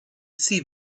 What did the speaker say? see